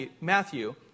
Matthew